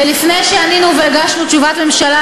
ולפני שענינו והגשנו תשובת ממשלה,